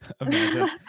Imagine